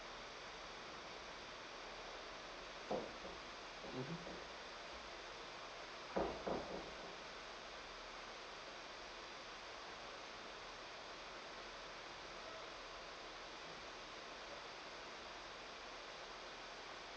mmhmm